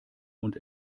und